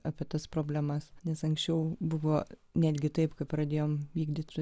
apie tas problemas nes anksčiau buvo netgi taip kad pradėjome vykdyti